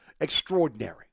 extraordinary